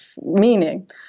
meaning